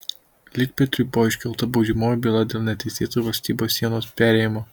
likpetriui buvo iškelta baudžiamoji byla dėl neteisėto valstybės sienos perėjimo